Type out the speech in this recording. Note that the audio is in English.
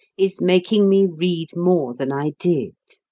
is making me read more than i did?